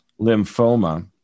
lymphoma